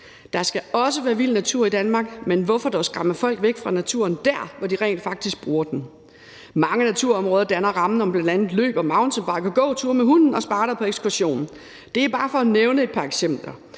»Der skal også være vild natur i Danmark, men hvorfor dog skræmme folk væk fra naturen der, hvor de rent faktisk bruger den? Mange naturområder danner rammen om bl.a. løb og mountainbike og gåture med hunden og spejdere på ekskursion. Det er bare for at nævne et par eksempler.